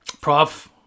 prof